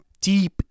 deep